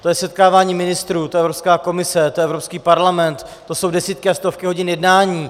To je setkávání ministrů, to je Evropská komise, to je Evropský parlament, to jsou desítky a stovky hodin jednání.